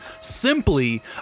simply